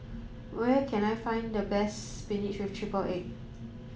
where can I find the best spinach with triple egg